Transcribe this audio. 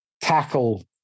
tackle